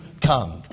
come